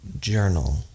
journal